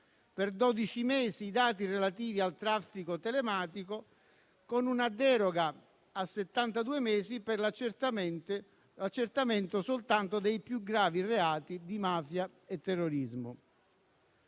per dodici mesi i dati relativi al traffico telematico, con una deroga a settantadue mesi per l'accertamento soltanto dei più gravi reati di mafia e terrorismo.